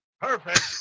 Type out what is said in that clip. Perfect